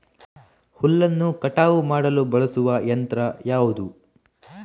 ಹುಲ್ಲನ್ನು ಕಟಾವು ಮಾಡಲು ಬಳಸುವ ಯಂತ್ರ ಯಾವುದು?